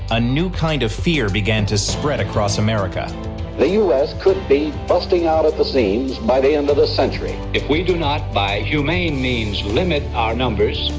a new kind of fear began to spread across america the u s. could be busting out at the seams by the end of this century. if we do not, by humane means, limit our numbers,